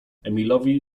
emilowi